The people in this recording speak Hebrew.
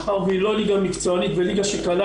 מאחר והיא לא ליגה מקצוענית וליגה שקלה